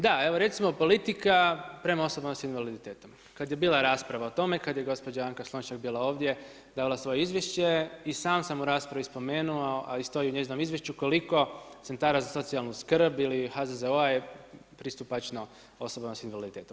Da, evo recimo politika prema osobama s invaliditetom, kada je bila rasprava o tome kada je gospođa Anka Slonjšak bila ovdje davala svoje izvješće i sam sam u raspravi spomenuo, a i stoji u njezinom izvješću koliko centara za socijalnu skrb ili HZZO-a je pristupačno osobama s invaliditetom.